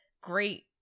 great